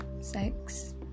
sex